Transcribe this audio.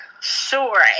Sure